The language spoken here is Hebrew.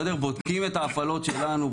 בודקים את ההפעלות שלנו,